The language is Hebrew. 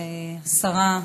השרה,